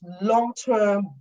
long-term